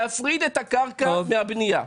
להפריד את הקרקע מהבנייה.